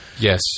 Yes